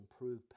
improve